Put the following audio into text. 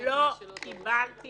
לא קיבלתי